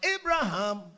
Abraham